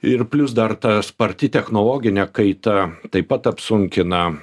ir plius dar ta sparti technologinė kaita taip pat apsunkina